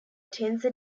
tensor